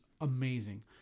amazing